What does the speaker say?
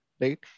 right